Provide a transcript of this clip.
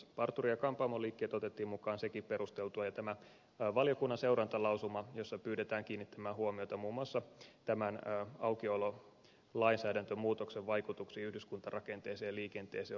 parturi ja kampaamoliikkeet otettiin mukaan sekin perusteltua ja valiokunnan seurantalausuma jossa pyydetään kiinnittämään huomiota muun muassa tämän aukiololainsäädäntömuutoksen vaikutuksiin yhdyskuntarakenteeseen ja liikenteeseen on hyvin tervetullut